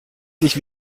sich